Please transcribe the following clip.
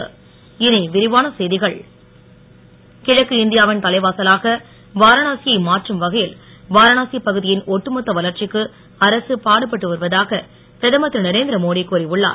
மோடி கிழக்கு இந்தியாவின் தலைவாசலாக வாரணாசியை மாற்றும் வகையில் வாரணசி பகுதியின் ஒட்டு மொத்த வளர்ச்சிக்கு அரசு பாடுபட்டு வருவதாக பிரதமர் திரு நரேந்திரமோடி கூறி உள்ளார்